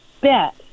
bet